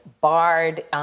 barred